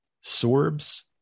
Sorbs